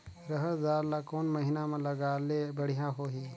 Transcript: रहर दाल ला कोन महीना म लगाले बढ़िया होही?